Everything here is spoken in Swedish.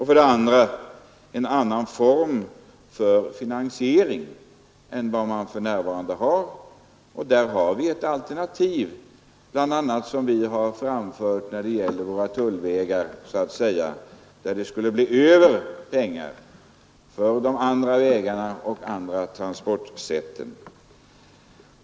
För det andra fordras det en annan form för finansiering än vad man för närvarande har. Där har vi ett alternativ, som vi bl.a. framfört när det så att säga gäller våra tullvägar och där det skulle bli pengar över för de andra vägarna och transportsätten.